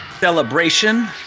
celebration